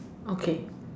okay